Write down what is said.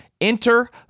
Enter